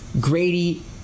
Grady